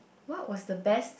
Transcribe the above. what was the best